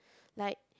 like